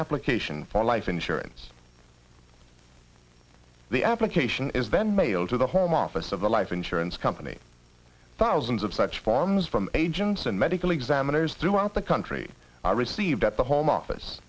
application for life insurance the application is then mailed to the home office of the life insurance company thousands of such forms from agents and medical examiners throughout the country are received at the home office